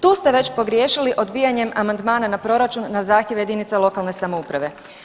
Tu ste već pogriješili odbijanjem amandmana na proračun na zahtjeve jedinica lokalne samouprave.